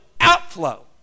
outflow